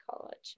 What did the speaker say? college